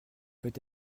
peut